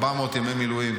400 ימי מילואים,